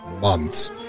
months